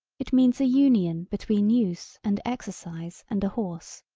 it means a union between use and exercise and a horse.